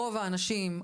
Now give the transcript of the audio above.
רוב האנשים,